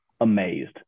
amazed